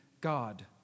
God